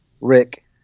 Rick